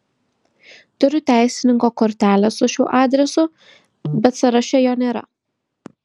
turiu teisininko kortelę su šiuo adresu bet sąraše jo nėra